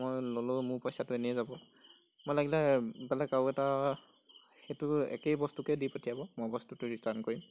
মই ল'লেও মোৰ পইচাটো এনেই যাব মই লাগিলে বেলেগ আৰু এটা সেইটো একেই বস্তুকে দি পঠিয়াব মই বস্তুটো ৰিটাৰ্ণ কৰিম